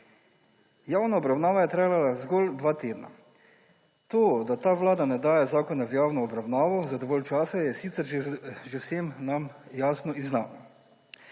Javna obravnava je trajala zgolj 2 tedna. To, da ta vlada ne daje zakone v javno obravnavo za dovolj časa, je sicer že vsem nam jasno in znano,